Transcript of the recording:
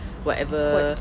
whatever